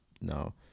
No